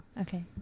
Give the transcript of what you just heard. okay